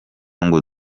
ngo